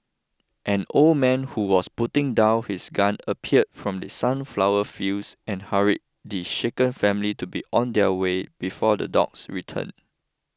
an old man who was putting down his gun appeared from the sunflower fields and hurried the shaken family to be on their way before the dogs return